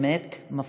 באמת מפחיד.